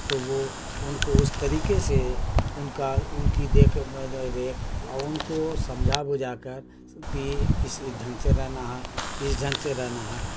تو وہ ان کو اس طریقے سے ان کا ان کی دیکھ ریکھ اور ان کو سمجھا بجھا کر کہ اس ڈھنگ سے رہنا ہے اس ڈھنگ سے رہنا ہے